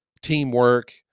teamwork